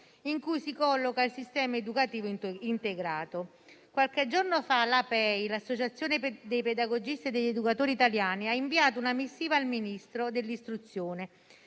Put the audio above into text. in cui si colloca il sistema educativo integrato. Qualche giorno fa l'Associazione dei pedagogisti educatori italiani (APEI) ha inviato una missiva al Ministro dell'istruzione